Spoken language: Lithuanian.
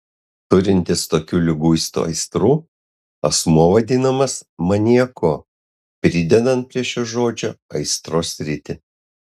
turintis tokių liguistų aistrų asmuo vadinamas maniaku pridedant prie šio žodžio aistros sritį